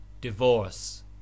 Divorce